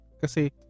kasi